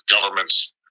governments